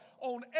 on